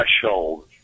Threshold